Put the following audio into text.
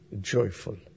joyful